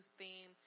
theme